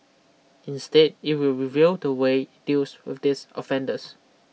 instead it will review the way it deals with these offenders